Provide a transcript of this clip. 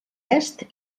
est